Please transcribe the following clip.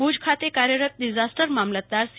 ભુજ ખાતે કાર્યરત ડિઝાસ્ટર મામલતદાર સી